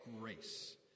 grace